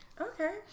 okay